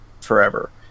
forever